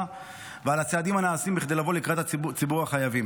ועל הצעדים הנעשים כדי לבוא לקראת ציבור החייבים.